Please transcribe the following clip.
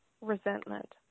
resentment